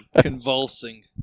Convulsing